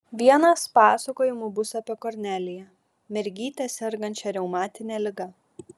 vienas pasakojimų bus apie korneliją mergytę sergančią reumatine liga